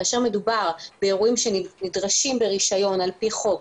כאשר מדובר באירועים שנדרשים לרישיון על פי חוק,